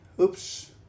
Oops